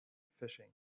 fishing